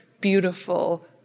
beautiful